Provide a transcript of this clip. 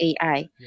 AI